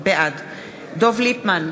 בעד דב ליפמן,